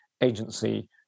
agency